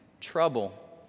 trouble